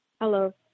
Hello